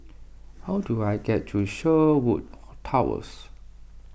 how do I get to Sherwood Towers